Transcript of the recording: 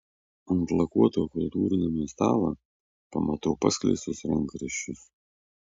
ant lakuoto kultūrnamio stalo pamatau paskleistus rankraščius